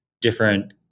different